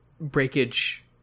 breakage